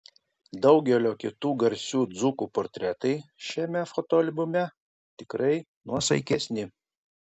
daugelio kitų garsių dzūkų portretai šiame fotoalbume tikrai nuosaikesni